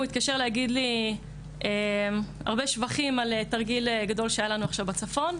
הוא התקשר להגיד לי הרבה שבחים על תרגיל גדול שהיה לנו עכשיו בצפון.